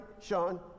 Sean